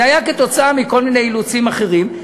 זה היה תוצאה של כל מיני אילוצים אחרים.